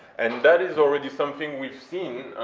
and that is already something we've seen,